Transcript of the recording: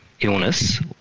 illness